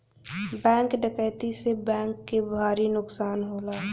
bank डकैती से bank के भारी नुकसान होला